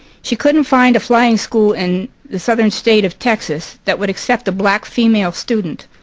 she couldn't find a flying school in the southern state of texas that would accept a black female student,